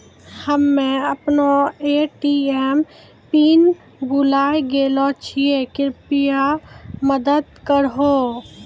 हम्मे अपनो ATM pin भुलाय गेलो छियै, कृपया मदत करहो